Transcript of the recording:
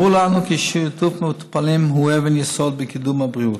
ברור לנו כי שיתוף מטופלים הוא אבן יסוד בקידום הבריאות,